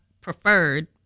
preferred